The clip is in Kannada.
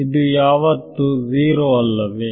ಇದು ಯಾವತ್ತೂ 0ಅಲ್ಲವೇ